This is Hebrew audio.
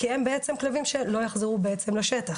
כי הם בעצם כלבים שלא יחזרו לשטח.